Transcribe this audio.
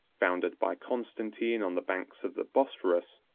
founded by constantine on the banks of the bosphorus,